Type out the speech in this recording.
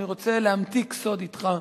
אני רוצה להמתיק סוד אתך,